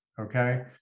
okay